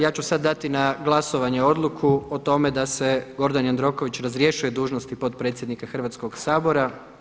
Ja ću sada dati na glasovanje odluku o tome da se Gordan Jandroković razrješuje dužnosti potpredsjednika Hrvatskog sabora.